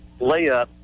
layup